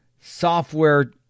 software